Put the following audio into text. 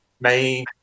main